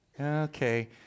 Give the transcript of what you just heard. Okay